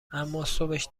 اماصبش